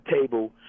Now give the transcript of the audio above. table